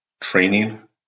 Training